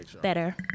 Better